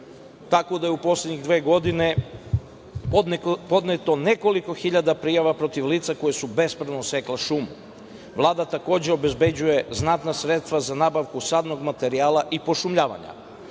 tako da je u poslednjih dve godine podneto nekoliko hiljada prijava protiv lica koja su bespravno sekla šumu. Vlada, takođe obezbeđuje znatna sredstva za nabavku sadnog materijala i pošumljavanja.Međutim,